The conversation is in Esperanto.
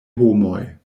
homoj